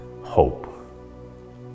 hope